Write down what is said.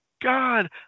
God